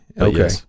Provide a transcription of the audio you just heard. Okay